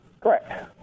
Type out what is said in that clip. Correct